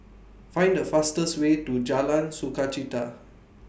Find The fastest Way to Jalan Sukachita